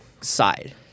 side